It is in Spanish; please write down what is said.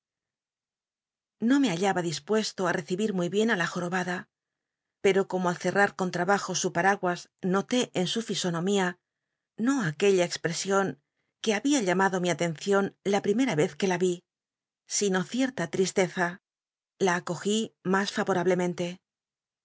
no me hallaba dispuesto á recibir muy bien ú la jorobada pero como al cerrar con lmbajo su paraguas noté en su fisonomía no aquella expresion que babia llamado mi atencion la primera vez que la vi sino cierta tristeza la acogí mas favorablemente